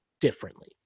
differently